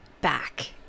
back